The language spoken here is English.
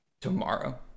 tomorrow